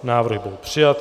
Návrh byl přijat.